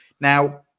Now